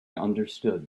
understood